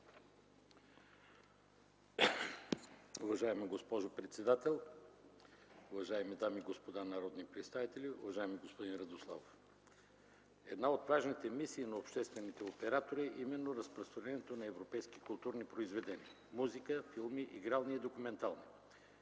Уважаема госпожо председател, уважаеми дами и господа народни представители, уважаеми господин Радославов! Една от важните мисии на обществените оператори е именно разпространението на европейски културни произведения – музика, игрални и документални